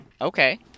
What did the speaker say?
Okay